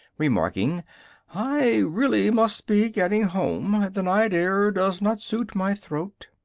remarking i really must be getting home the night air does not suit my throat,